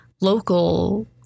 local